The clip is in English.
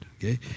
okay